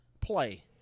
play